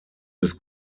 des